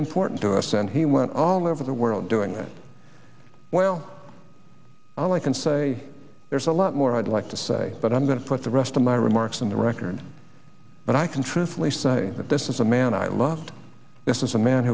important to us and he went all over the world doing that well all i can say there's a lot more i'd like to say but i'm going to put the rest of my remarks in the record but i can truthfully say that this is a man i loved this is a man